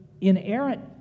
inerrant